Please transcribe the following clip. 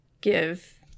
give